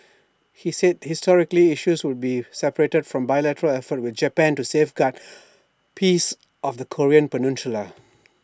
he said historical issues would be separated from bilateral efforts with Japan to safeguard peace of the Korean peninsula